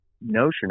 notion